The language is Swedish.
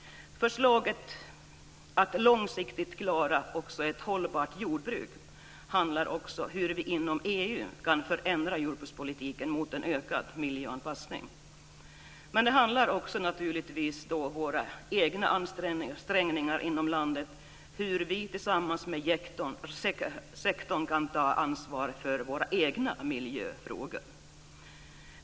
Förslaget om att långsiktigt klara också ett hållbart jordbruk handlar om hur vi inom EU kan förändra jordbrukspolitiken mot en ökad miljöanpassning. Men det handlar naturligtvis också om våra egna ansträngningar inom landet, hur vi tillsammans med sektorn kan ta ansvar för våra egna miljöfrågor.